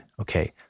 okay